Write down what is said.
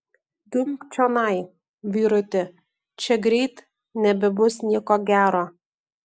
dumk čionai vyruti čia greit nebebus nieko gero